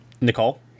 Nicole